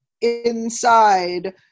inside